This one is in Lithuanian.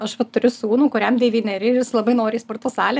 aš va turiu sūnų kuriam devyneri ir jis labai nori į sporto salę